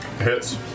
Hits